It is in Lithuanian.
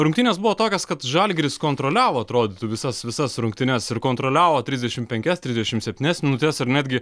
rungtynės buvo tokios kad žalgiris kontroliavo atrodytų visas visas rungtynes ir kontroliavo trisdešimt penkias triisdešimt septynias minutes ir netgi